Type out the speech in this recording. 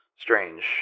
Strange